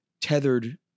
tethered